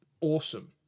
awesome